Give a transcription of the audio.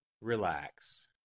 Relax